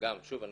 אני